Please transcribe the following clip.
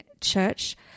Church